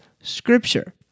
Scripture